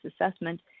assessment